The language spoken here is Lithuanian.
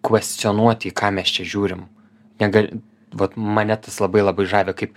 kvestionuoti į ką mes čia žiūrim nega vat mane tas labai labai žavi kaip